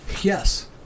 Yes